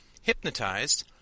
hypnotized